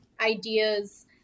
ideas